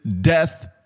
death